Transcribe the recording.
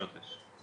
500 איש.